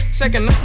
second